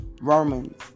romans